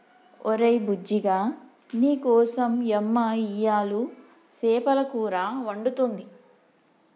ఒరే బుజ్జిగా నీకోసం యమ్మ ఇయ్యలు సేపల కూర వండుతుంది